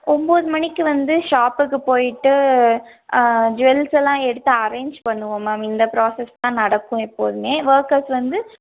ஒம்பது மணிக்கு வந்து ஷாப்புக்கு போயிவிட்டு ஜுவல்ஸெல்லாம் எடுத்து அரேஞ்ச் பண்ணுவோம் மேம் இந்த ப்ராசேஸ் தான் நடக்கும் எப்போதுமே ஒர்க்கர்ஸ் வந்து